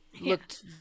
looked